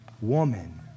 woman